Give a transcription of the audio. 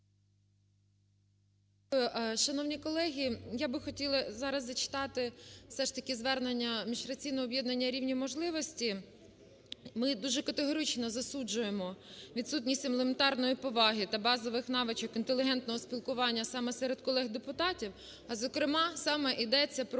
Шановні колеги, я би хотіла зараз зачитати все ж таки звернення міжфракційного об'єднання "Рівні можливості". Ми дуже категорично засуджуємо відсутність елементарної поваги та базових навичок інтелігентного спілкування саме серед колег-депутатів, а зокрема саме ідеться про